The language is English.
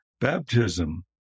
baptism